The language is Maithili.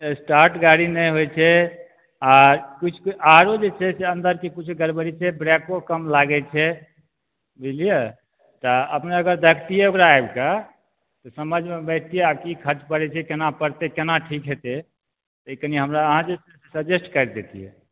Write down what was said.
स्टार्ट गाड़ी नहि होइ छै आ किछु किछु आरो जे छै से अन्दरके किछु गड़बड़ी छै ब्रेको कम लागै छै बुझलियै तऽ अपनेके देखतियै ओकरा आबिके तऽ समझमे बैठतियै आ की खर्च पड़ै छै केना पड़तै आ केना ठीक हेतै से कनि हमरा अहाँ जे सजेस्ट करि देतियै